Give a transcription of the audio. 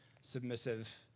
submissive